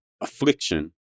affliction